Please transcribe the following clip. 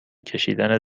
کشیدن